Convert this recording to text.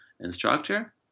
instructor